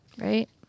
Right